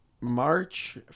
March